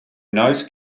nose